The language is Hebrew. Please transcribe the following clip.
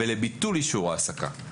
ולביטול אישור ההעסקה,